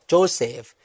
Joseph